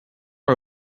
are